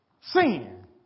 sin